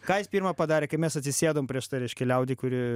ką jis pirma padarė kai mes atsisėdom prieš tą reiškia liaudį kuri